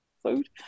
Food